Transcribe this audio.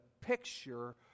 picture